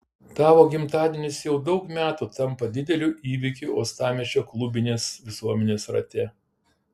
tavo gimtadienis jau daug metų tampa dideliu įvykiu uostamiesčio klubinės visuomenės rate